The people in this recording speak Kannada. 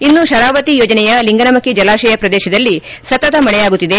ಇನ್ನು ಶರಾವತಿ ಯೋಜನೆಯ ಲಿಂಗನಮಕ್ಕಿ ಜಲಾಶಯ ಪ್ರದೇಶದಲ್ಲಿ ಸತತ ಮಳೆಯಾಗುತ್ತಿದೆ